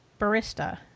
Barista